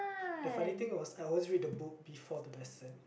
the funny thing was I always read the book before the lesson